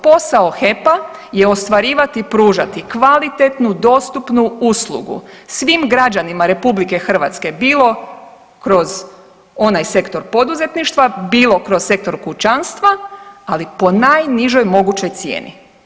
Posao HEP-a je ostvarivati i pružati kvalitetnu, dostupnu uslugu svim građanima Republike Hrvatske bilo kroz onaj sektor poduzetništva, bilo kroz sektor kućanstva ali po najnižoj mogućoj cijeni.